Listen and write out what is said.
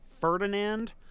Ferdinand